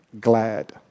glad